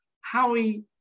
Howie